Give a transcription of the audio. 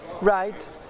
Right